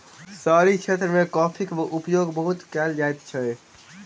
शहरी क्षेत्र मे कॉफ़ीक उपयोग बहुत कयल जाइत अछि